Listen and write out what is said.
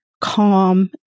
calm